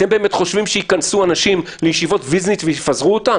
אתם באמת חושבים שייכנסו אנשים לישיבות ויז'ניץ ויפזרו אותם?